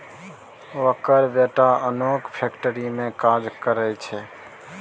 ओकर बेटा ओनक फैक्ट्री मे काज करय छै